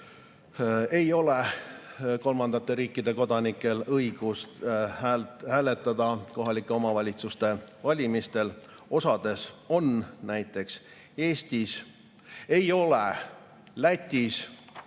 ei ole kolmandate riikide kodanikel õigust hääletada kohalike omavalitsuste valimistel, osas on, näiteks Eestis. Ei ole Lätis